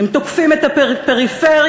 הם תוקפים את הפריפריה,